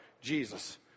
Jesus